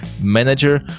manager